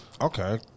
Okay